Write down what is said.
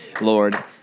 Lord